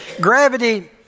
Gravity